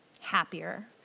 happier